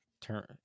turn